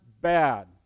bad